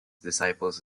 disciples